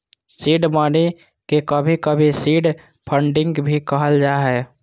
seed money के कभी कभी सीड फंडिंग भी कहल जा हय